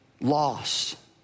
loss